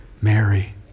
Mary